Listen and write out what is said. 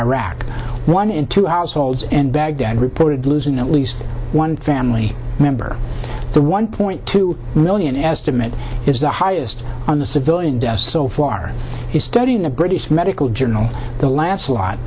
iraq one in two hours holds in baghdad reported losing at least one family member the one point two million estimate is the highest on the civilian deaths so far he's studying a british medical journal the last lot